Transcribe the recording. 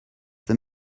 that